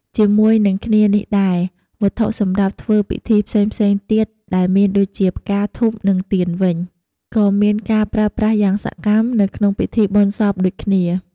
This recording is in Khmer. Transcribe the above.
ជាមួយនឹងគ្នានេះដែរ វត្ថុសម្រាប់ធ្វើពិធីផ្សេងៗទៀត ដែលមានដូចជា ផ្កា ធូប និងទៀនវិញ ក៏មានការប្រើប្រាស់យ៉ាងសកម្មនៅក្នុងពិធីបុណ្យសពដូចគ្នា។